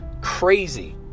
Crazy